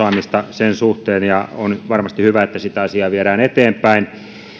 sen suhteen ja on varmasti hyvä että sitä asiaa viedään eteenpäin kannattaa